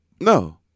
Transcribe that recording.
No